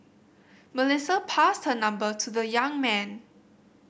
Melissa passed her number to the young man